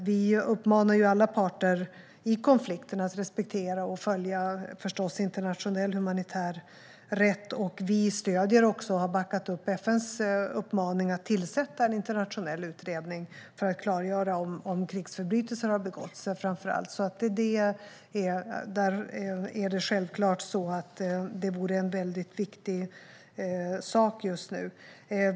Vi uppmanar alla parter i konflikten att respektera och följa internationell humanitär rätt. Vi har också backat upp FN:s uppmaning att tillsätta en internationell utredning för att klargöra om krigsförbrytelser har begåtts. Det är självklart en viktig sak.